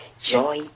joy